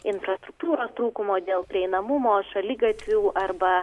infrastruktūros trūkumo dėl prieinamumo šaligatvių arba